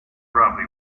probably